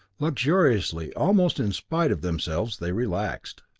luxuriously, almost in spite of themselves, they relaxed.